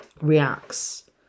reacts